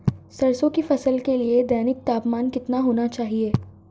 सरसों की फसल के लिए दैनिक तापमान कितना होना चाहिए?